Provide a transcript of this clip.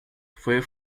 fue